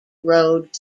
road